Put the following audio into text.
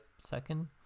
second